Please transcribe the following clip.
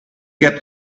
get